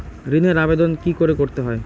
ঋণের আবেদন কি করে করতে হয়?